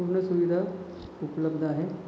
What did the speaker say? पूर्ण सुविधा उपलब्ध आहे